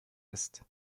ist